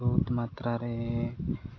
ବହୁତ ମାତ୍ରାରେ